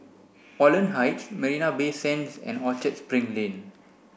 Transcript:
Holland Heights Marina Bay Sands and Orchard Spring Lane